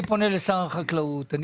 אני פונה לשר החקלאות,